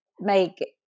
make